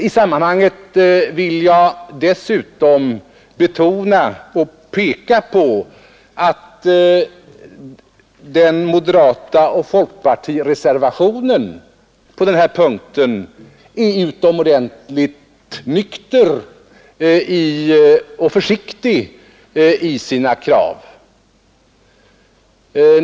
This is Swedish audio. I sammanhanget vill jag dessutom fästa uppmärksamheten på att moderaternas och folkpartisternas reservation på denna punkt är utomordentligt nykter och försiktig i sina krav.